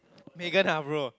Megan ah bro